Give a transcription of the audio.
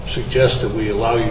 suggest that we allow you